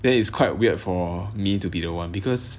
then is quite weird for me to be the one because